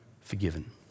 forgiven